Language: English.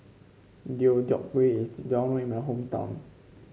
Deodeok Gui is well known in my hometown